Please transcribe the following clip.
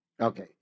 Okay